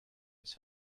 its